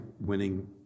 winning